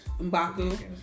M'Baku